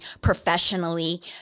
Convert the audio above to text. professionally